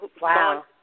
Wow